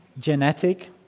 genetic